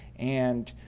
and,